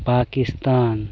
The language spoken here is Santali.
ᱯᱟᱠᱤᱥᱛᱟᱱ